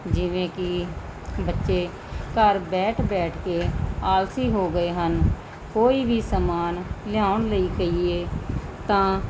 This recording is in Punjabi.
ਜਿਵੇਂ ਕਿ ਬੱਚੇ ਘਰ ਬੈਠ ਬੈਠ ਕੇ ਆਲਸੀ ਹੋ ਗਏ ਹਨ ਕੋਈ ਵੀ ਸਮਾਨ ਲਿਆਉਣ ਲਈ ਕਹੀਏ ਤਾਂ